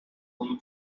all